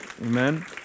Amen